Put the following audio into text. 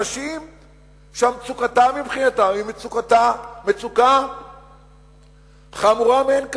אנשים שמצוקתם מבחינתם היא מצוקה חמורה מאין כמוה.